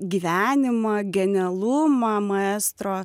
gyvenimą genialumą maestro